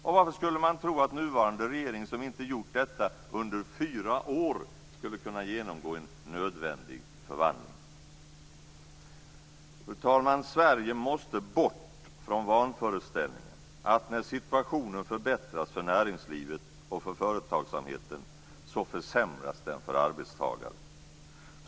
Och varför skulle man tro att nuvarande regering som inte gjort detta under fyra år skulle kunna genomgå en nödvändig förvandling? Fru talman! Sverige måste bort från vanföreställningen att när situationen förbättras för näringslivet och för företagsamheten försämras den för arbetstagare.